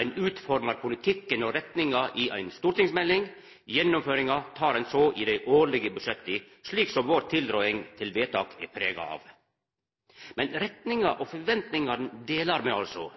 Ein utformar politikken og retninga i ei stortingsmelding. Gjennomføringa tek ein så i dei årlege budsjetta, slik vår tilråding til vedtak er prega av. Men retninga og forventingane deler me altså.